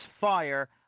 Fire